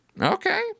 Okay